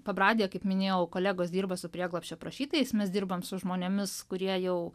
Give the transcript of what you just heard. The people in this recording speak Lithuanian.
pabradėje kaip minėjau kolegos dirba su prieglobsčio prašytojais mes dirbam su žmonėmis kurie jau